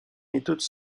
méthodes